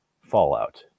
Fallout